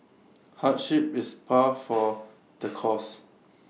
hardship is par for the course